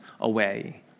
away